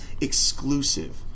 exclusive